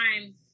time